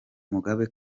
mugabe